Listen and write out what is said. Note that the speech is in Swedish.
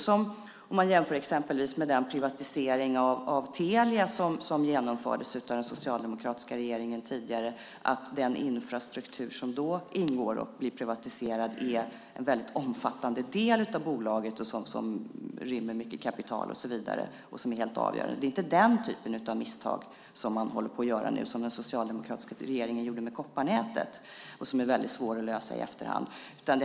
Vi kan jämföra med exempelvis den privatisering av Telia som genomfördes av den tidigare socialdemokratiska regeringen. Den infrastruktur som där ingick och blev privatiserad var en omfattande del av bolaget, rymde mycket kapital och så vidare, och var helt avgörande. Det är inte den typen av misstag man nu håller på att göra, alltså det misstag som den socialdemokratiska regeringen gjorde med kopparnätet och som är svårt att lösa i efterhand.